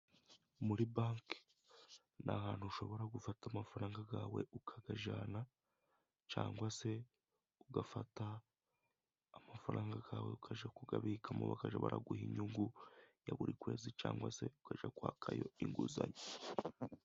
Muri banki ni ahantu ushobora gufata amafaranga yawe ukajyana cyangwa se ugafata amafaranga yawe ukajya kuyabikamo bakajya araguha inyungu ya buri kwezi cyangwa se ukajya kwakayo inguzanyo.